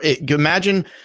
Imagine –